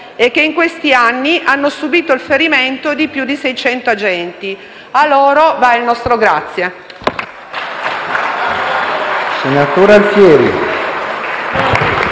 e che in questi anni hanno subito il ferimento di più di 600 agenti. A loro va il nostro grazie.